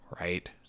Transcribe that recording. right